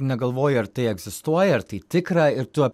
negalvoji ar tai egzistuoja ar tai tikra ir tu